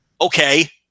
Okay